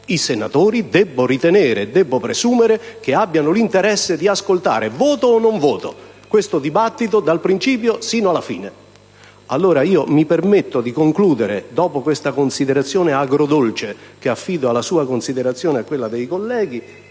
i senatori debbo ritenere e presumere abbiano interesse ad ascoltare, voto o non voto, questo dibattito dal principio alla fine. Mi permetto allora di concludere, dopo questa considerazione agrodolce, che affido alla sua valutazione e a quella dei colleghi.